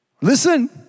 Listen